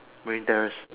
Marine Terrace